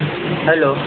hello